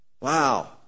Wow